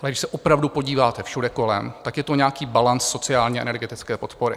Ale když se opravdu podíváte všude kolem, tak je to nějaký balanc sociálněenergetické podpory.